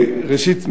ראשית,